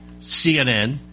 CNN